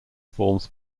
forms